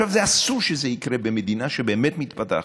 אסור שזה יקרה במדינה שהיא באמת מפותחת,